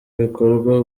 bikorwa